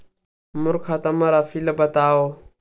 मोर खाता म राशि ल बताओ?